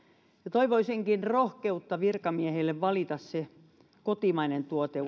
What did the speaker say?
toivoisinkin rohkeutta virkamiehille valita useimmiten se kotimainen tuote